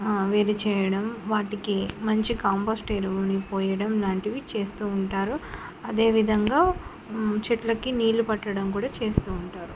వేరు చేయడం వాటికి మంచి కాంపోస్ట్ ఎరువులని పోయడం లాంటివి చేస్తూ ఉంటారు అదేవిధంగా చెట్లకి నీళ్లు పట్టడం కూడా చేస్తూ ఉంటారు